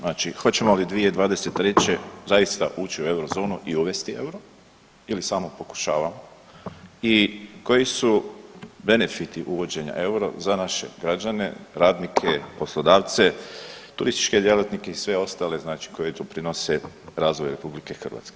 Znači, hoćemo li 2023. zaista ući u eurozonu i uvesti EUR-o ili samo pokušavamo i koji su benefiti uvođenja EUR-a za naše građane, radnike, poslodavce, turističke djelatnike i sve ostale, znači koji tu prinose razvoju RH?